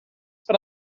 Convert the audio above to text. per